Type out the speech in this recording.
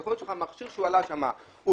יכול להיות שהמכשיר לצד הדלת שדרכה הוא